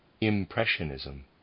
impressionism